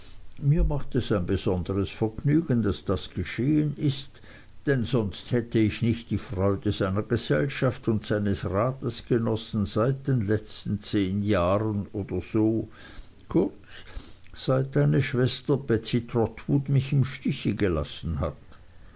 mir macht es ein besonderes vergnügen daß das geschehen ist denn ich hätte sonst nicht die freude seiner gesellschaft und seines rates genossen seit den letzten zehn jahren oder so kurz seit deine schwester betsey trotwood mich im stiche gelassen hat